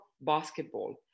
basketball